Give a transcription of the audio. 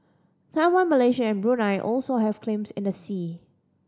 Taiwan Malaysia and Brunei also have claims in the sea